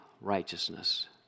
righteousness